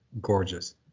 gorgeous